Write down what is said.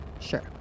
Sure